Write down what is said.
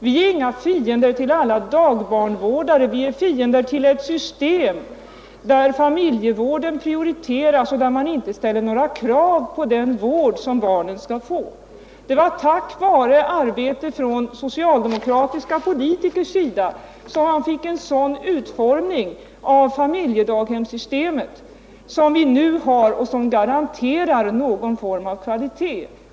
Vi är inga fiender till alla dagbarnvårdare. Vi är fiender till ett system, där familjevården prioriteras och där man inte ställer några krav på den vård som barnen skall få. Det var tack vare socialdemokratiska politikers arbete som vi fick en sådan utformning av familjedaghemssystemet som vi nu har och som garanterar någon form av kvalitet.